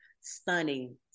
stunning